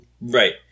Right